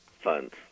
funds